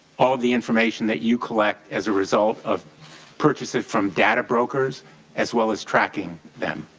all of the information that you collect as a result of purchases from data brokers as well as tracking them.